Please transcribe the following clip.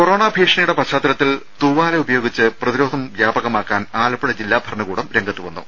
corona ഭീഷണിയുടെ പശ്ചാത്തലത്തിൽ തൂവാല ഉപയോഗിച്ച് പ്രതിരോധം വ്യാപകമാക്കാൻ ആലപ്പുഴ ജില്ലാ ഭരണകൂടം രംഗത്ത് വന്നു